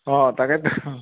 অঁ তাকেতো